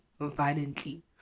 violently